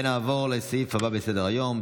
ונעבור לסעיף הבא בסדר-היום,